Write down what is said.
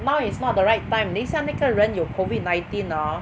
now is not the right time 等一下那个人有 COVID nineteen orh